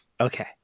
Okay